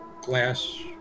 Glass